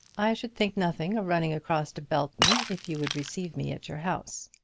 i should think nothing of running across to belton, if you would receive me at your house.